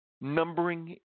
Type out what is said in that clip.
numbering